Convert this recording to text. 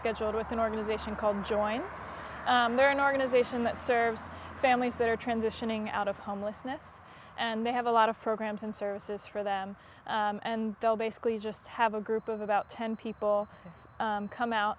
scheduled with an organization called joint they're an organization that serves families that are transitioning out of homelessness and they have a lot of programs and services for them and basically just have a group of about ten people come out